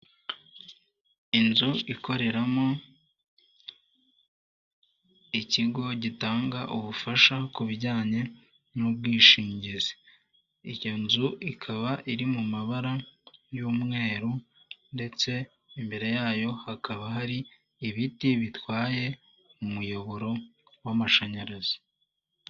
Inzu ikoreramo ikigo gitanga ubufasha ku bijyanye n'ubwishingizi, iyo nzu ikaba iri mu mabara y'umweru, ndetse imbere yayo hakaba hari ibiti bitwaye umuyoboro w'amashanyarazi.